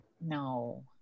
No